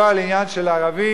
לא על העניין של ערבים,